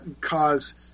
cause